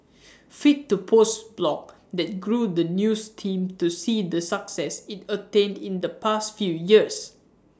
fit to post blog that grew the news team to see the success IT attained in the past few years